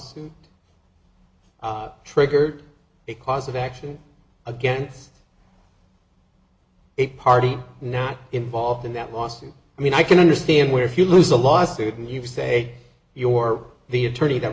lawsuit triggered a cause of action against a party not involved in that lawsuit i mean i can understand where if you lose a lawsuit and you say your the attorney that